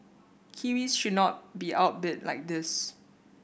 kiwis should not be outbid like this